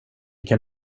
kan